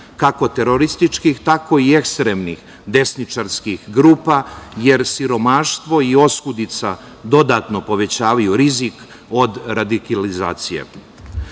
kako terorističkih, tako i ekstremnih desničarskih grupa jer siromaštvo i oskudica dodatno povećavaju rizik od radikalizacije.